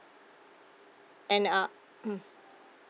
and uh mm